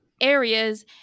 areas